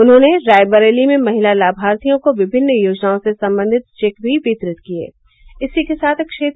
उन्होंने रायबरेली में महिला लाभार्थियों को विभिन्न योजनाओं से संबंधित चेक भी वितरित किये